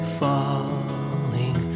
falling